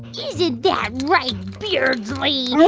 isn't that right, beardsley?